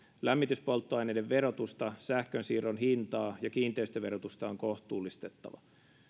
lämmityspolttoaineiden verotusta sähkönsiirron hintaa ja kiinteistöverotusta on kohtuullistettava